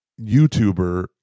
YouTuber